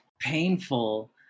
painful